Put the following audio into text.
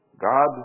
God